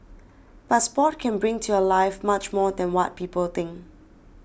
but sport can bring to your life much more than what people think